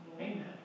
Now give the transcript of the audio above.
Amen